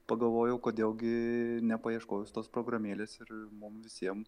pagalvojau kodėl gi nepaieškojus tos programėlės ir mum visiem